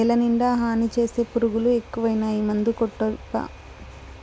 నేలనిండా హాని చేసే పురుగులు ఎక్కువైనాయి మందుకొట్టబ్బా